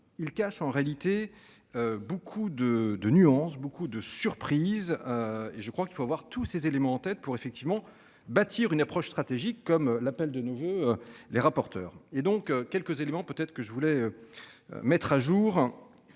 il cache en réalité. Beaucoup de de nuances beaucoup de surprises. Et je crois qu'il faut voir tous ces éléments en tête pour effectivement bâtir une approche stratégique comme l'appelle de nouveau les rapporteurs et donc quelques éléments peut être que je voulais. Mettre à jour.